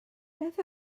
beth